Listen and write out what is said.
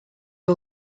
are